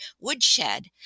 woodshed